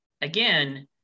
Again